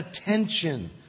attention